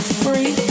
free